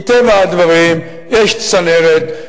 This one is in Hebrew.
מטבע הדברים יש צנרת,